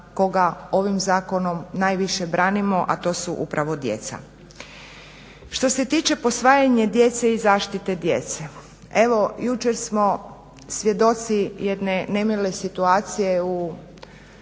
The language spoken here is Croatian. koga ovim zakonom najviše branimo a to su upravo djeca. Što se tiče posvajanja djece i zaštite djece. Evo jučer smo svjedoci jedne nemile situacije u